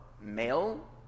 male